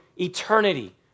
eternity